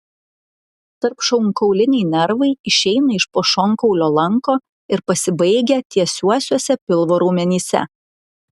tarpšonkauliniai nervai išeina iš po šonkaulio lanko ir pasibaigia tiesiuosiuose pilvo raumenyse